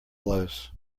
blows